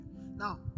now